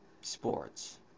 sports